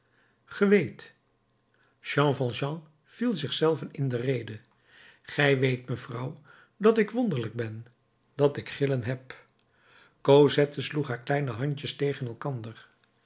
weet jean valjean viel zich zelven in de rede gij weet mevrouw dat ik wonderlijk ben dat ik grillen heb cosette sloeg haar kleine handjes tegen elkander